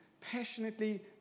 passionately